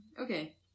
okay